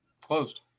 Closed